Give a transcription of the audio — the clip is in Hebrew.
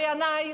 בעיניי,